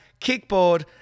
kickboard